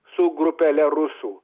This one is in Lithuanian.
su grupele rusų